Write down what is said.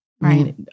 Right